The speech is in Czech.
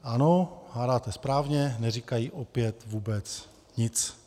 Ano, hádáte správně, neříkají opět vůbec nic.